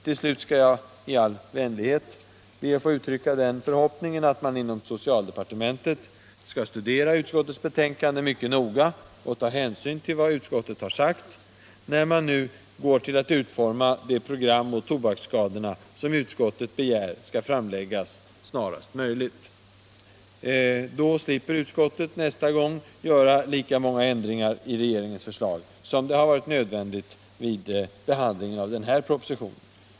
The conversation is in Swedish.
Till slut skall jag i all vänlighet be att få uttrycka den förhoppningen, att man inom socialdepartementet skall studera utskottets betänkande mycket noga och ta hänsyn till vad utskottet har anfört, när man nu går att utforma det program mot tobaksskadorna, som utskottet begär skall framläggas snarast möjligt. Då slipper utskottet nästa gång göra lika många ändringar av regeringens förslag, som det har varit nödvändigt att göra vid behandlingen av den här propositionen.